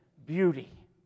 Beauty